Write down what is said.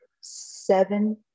seven